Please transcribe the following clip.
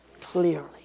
clearly